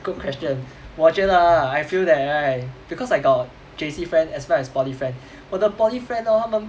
good question 我觉得 lah I feel that right because like I got J_C friend as well as poly friend 我的 poly friend hor 他们